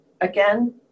again